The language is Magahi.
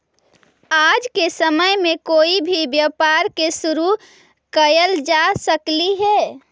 आज के समय में कोई भी व्यापार के शुरू कयल जा सकलई हे